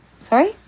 Sorry